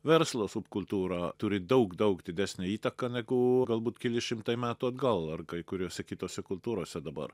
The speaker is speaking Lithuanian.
verslo subkultūra turi daug daug didesnę įtaką negu galbūt keli šimtai metų atgal ar kai kuriose kitose kultūrose dabar